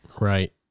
Right